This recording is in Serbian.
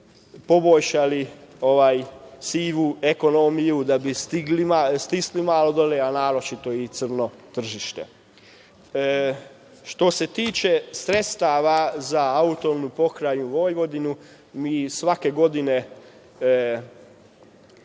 poboljšali sivu ekonomiju, da bi stisli malo dole, a naročito i crno tržište. Što se tiče sredstava za AP Vojvodinu, mi smo svake godine